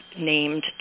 named